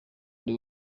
ari